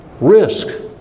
Risk